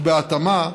ובהתאמה,